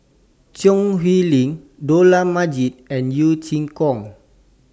Choo Hwee Lim Dollah Majid and Yeo Chee Kiong